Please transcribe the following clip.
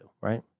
right